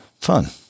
Fun